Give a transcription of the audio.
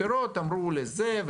הפירות אמרו לזה,